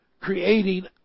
creating